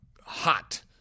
hot